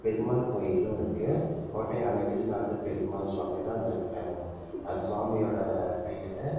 பெருமாள் கோயிலும் இருக்குது கோட்டை அழகிரிநாதர் பெருமாள் சுவாமி தான் அந்த க சுவாமியோடய பெயர்